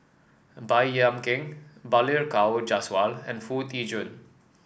Baey Yam Keng Balli Kaur Jaswal and Foo Tee Jun